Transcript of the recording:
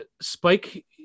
spike